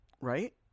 Right